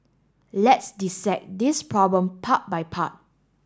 let's dissect this problem part by part